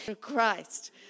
Christ